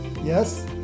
Yes